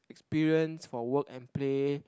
experience for work and play